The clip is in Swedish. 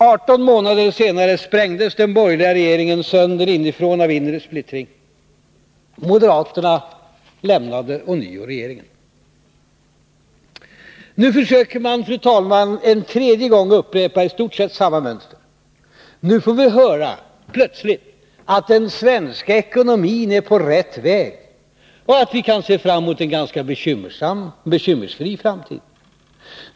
18 månader senare sprängdes den borgerliga regeringen sönder inifrån av inre splittring. Moderaterna lämnade ånyo regeringen. Nu försöker man, fru talman, en tredje gång upprepa i stort sett samma mönster. Nu får vi plötsligt höra att den svenska ekonomin är på rätt väg och att vi kan se fram mot en ganska bekymmersfri framtid.